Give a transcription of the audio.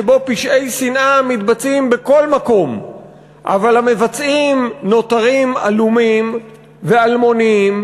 שבו פשעי שנאה מתבצעים בכל מקום אבל המבצעים נותרים עלומים ואלמוניים,